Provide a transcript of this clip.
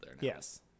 yes